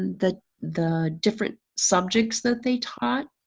and the the different subjects that they taught,